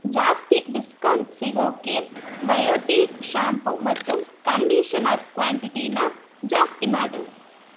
ಜಾಸ್ತಿ ಡಿಸ್ಕೌಂಟ್ ಸಿಗೋಕ್ಕೆ Biotique shampoo ಮತ್ತು ಕಂಡೀಷನರ್ ಕ್ವಾಂಟಿಟಿನ ಜಾಸ್ತಿ ಮಾಡು